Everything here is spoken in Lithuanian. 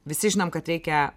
visi žinom kad reikia